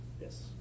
yes